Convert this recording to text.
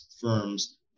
firms